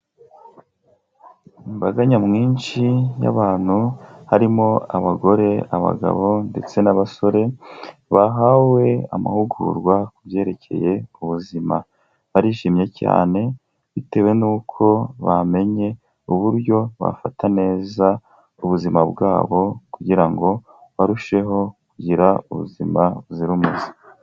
Imbaga nyamwinshi y'abantu, harimo abagore, abagabo ndetse n'abasore bahawe amahugurwa ku byerekeye ubuzima, barishimye cyane bitewe n'uko bamenye uburyo bafata neza ubuzima bwabo kugira ngo barusheho kugira ubuzima buzira umuze.